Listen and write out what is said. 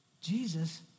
Jesus